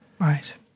Right